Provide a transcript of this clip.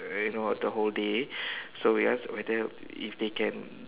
you know the whole day so we ask whether if they can